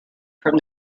from